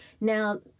Now